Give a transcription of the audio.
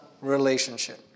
relationship